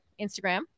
instagram